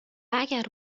اگر